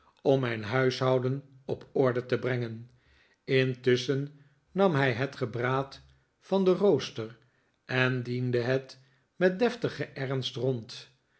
om mijn huishouden op orde te brengen intusschen nam hij het gebraad van den rooster en diende het met deftigen ernst rond